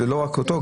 ולא רק אותו,